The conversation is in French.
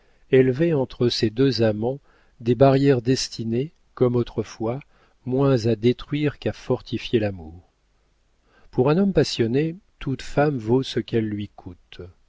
élevaient entre ces deux amants des barrières destinées comme autrefois moins à détruire qu'à fortifier l'amour pour un homme passionné toute femme vaut ce qu'elle lui coûte